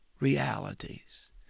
realities